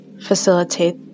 facilitate